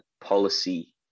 policy